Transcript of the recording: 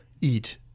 eat